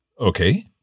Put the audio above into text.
Okay